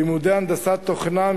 לימודי הנדסת תוכנה,